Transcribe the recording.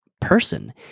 person